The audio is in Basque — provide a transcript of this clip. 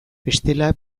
bestela